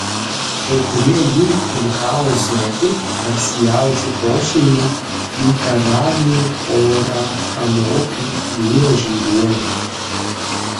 kai kurie jų unikalūs ir reti tarsi jaučių pošeimio dykaraginių porakanopių būrio žinduoliai